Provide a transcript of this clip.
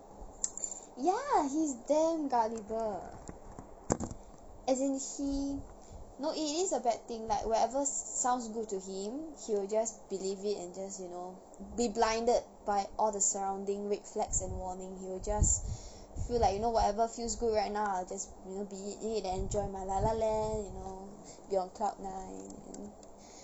ya he's damn gullible as in he no it is a bad thing like whatever sounds good to him he will just believe it and just you know be blinded by all the surrounding red flags and warning he will just feel like you know whatever feels good right now I'll just believe it and enjoy my la la land you know be on cloud nine